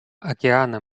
океана